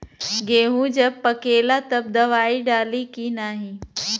गेहूँ जब पकेला तब दवाई डाली की नाही?